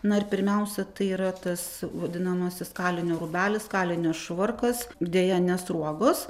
na ir pirmiausia tai yra tas vadinamasis kalinio rūbelis kalinio švarkas deja ne sruogos